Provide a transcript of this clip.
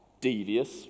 devious